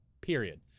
period